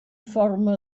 forma